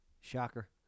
Shocker